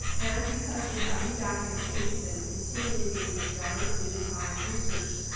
and because we have new documentation that is continually being discovered, digitized research,